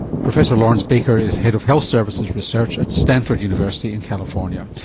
professor laurence baker is head of health services research at stanford university in california.